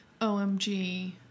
OMG